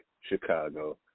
Chicago